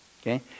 okay